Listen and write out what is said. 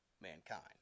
mankind